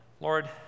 Lord